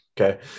okay